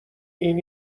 این